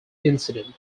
incident